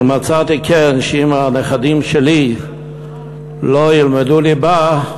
אבל מצאתי כן, שאם הנכדים שלי לא ילמדו ליבה,